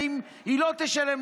ואם לא תשלם,